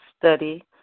study